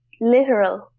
literal